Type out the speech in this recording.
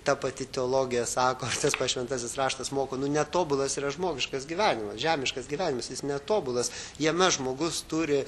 ta pati teologija sako ir tas pats šventasis raštas moko netobulas yra žmogiškas gyvenimas žemiškas gyvenimas jis netobulas jame žmogus turi